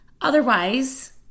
Otherwise